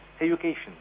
education